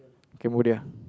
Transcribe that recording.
Cambodia